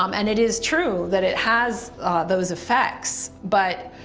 um and it is true that it has those effects but